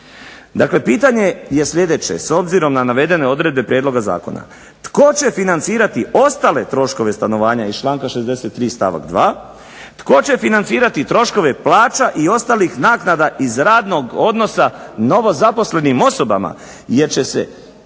Dakle pitanje je sljedeće, s obzirom na navedene odredbe prijedloga zakona. Tko će financirati ostale troškove stanovanja iz članka 63. stavak 2.? Tko će financirati troškove plaća i ostalih naknada iz radnog odnosa novozaposlenim osobama? Jer će se